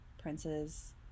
princes